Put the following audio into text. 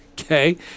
Okay